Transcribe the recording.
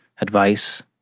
advice